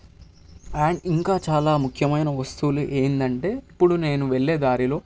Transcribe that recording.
and ఇంకా చాలా ముఖ్యమైన వస్తువులు ఏంటంటే ఇప్పుడు నేను వెళ్ళే దారిలో నాకు